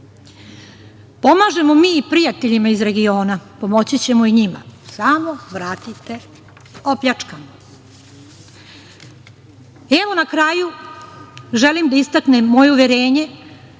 Pomažemo mi i prijateljima iz regiona, pomoći ćemo i njima, samo vratite opljačkano. Na kraju, želim da istaknem moje uverenje